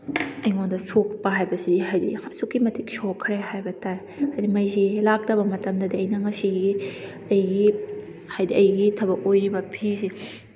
ꯑꯩꯉꯣꯟꯗ ꯁꯣꯛꯄ ꯍꯥꯏꯕꯁꯤ ꯍꯥꯏꯗꯤ ꯑꯁꯨꯛꯀꯤ ꯃꯇꯤꯛ ꯁꯣꯛꯈ꯭ꯔꯦ ꯍꯥꯏꯕ ꯇꯥꯏ ꯍꯥꯏꯗꯤ ꯍꯦꯛ ꯃꯩꯁꯤ ꯂꯥꯛꯇꯕ ꯃꯇꯝꯗꯗꯤ ꯑꯩꯅ ꯉꯁꯤꯒꯤ ꯑꯩꯒꯤ ꯍꯥꯏꯗꯤ ꯑꯩꯒꯤ ꯊꯕꯛ ꯑꯣꯏꯔꯤꯕ ꯐꯤꯁꯤ